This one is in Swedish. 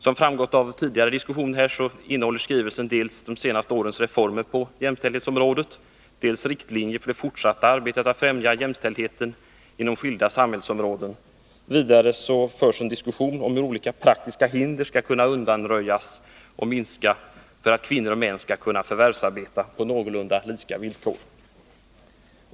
Som framgått av tidigare diskussion här redovisas i skrivelsen dels de senaste årens reformer på jämställdhetsområdet, dels riktlinjerna för det fortsatta arbetet för att främja jämställdheten inom skilda samhällsområden. Vidare förs en diskussion om hur olika praktiska hinder skall kunna undanröjas eller minskas, för att kvinnor och män skall kunna förvärvsarbeta på någorlunda lika villkor.